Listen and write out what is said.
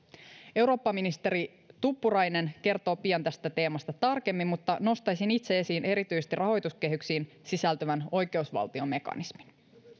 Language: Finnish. eurooppaministeri tuppurainen kertoo pian tästä teemasta tarkemmin mutta nostaisin itse esiin erityisesti rahoituskehyksiin sisältyvän oikeusvaltiomekanismin